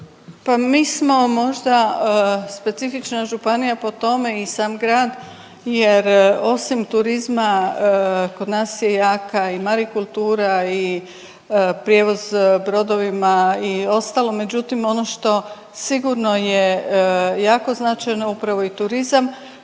mi smo možda specifična županija po tome i sam grad jer osim turizma kod nas je jaka i marikultura i prijevoz brodovima i ostalo. Međutim, ono što sigurno je jako značajno upravo i turizam